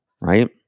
right